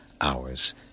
hours